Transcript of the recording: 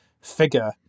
figure